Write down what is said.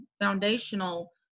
foundational